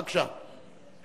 בבקשה.